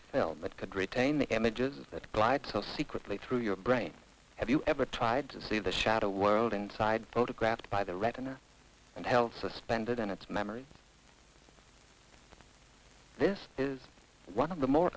film that could retain the images that light so secretly through your brain have you ever tried to see the shadow world inside photographed by the retina and held suspended in its memory through this is one of the more